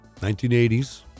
1980s